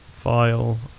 File